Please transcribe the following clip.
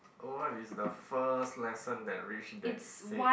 what is the first lesson that reach that state